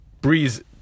Breeze